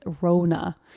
Rona